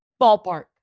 Ballpark